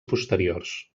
posteriors